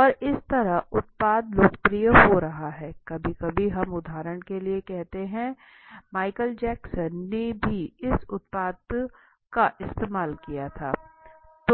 और इस तरह उत्पाद लोकप्रिय हो रहा है कभी कभी हम उदाहरण के लिए कहते हैं माइकल जैक्सन ने भी इस उत्पाद का इस्तेमाल किया था